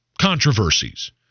controversies